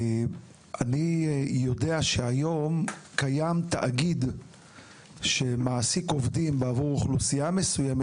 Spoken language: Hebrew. אני יודע שהיום קיים תאגיד שמעסיק עובדים עבור אוכלוסייה מסוימת